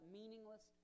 meaningless